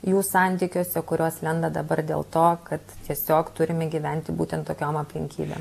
jų santykiuose kurios lenda dabar dėl to kad tiesiog turime gyventi būtent tokiom aplinkybėm